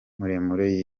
muremure